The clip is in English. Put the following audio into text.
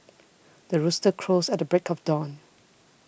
the rooster crows at the break of dawn